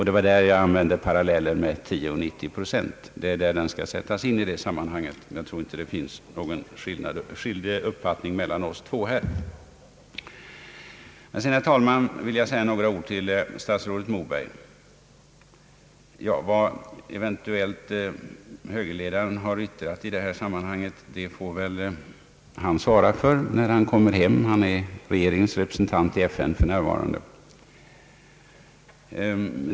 Det är där parallellen mellan 10 och 90 procent, som jag använde, skall komma in. Jag tror inte att det i det fallet råder några skiljaktiga meningar mellan oss två. Sedan, herr talman, vill jag säga några ord till statsrådet Moberg. Vad högerledaren eventuellt har yttrat i detta sammanhang får väl han svara för när han kommer hem. Han är nämligen regeringens representant i FN för närvarande.